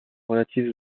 relatifs